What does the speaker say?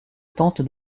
tente